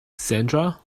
sandra